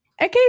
Okay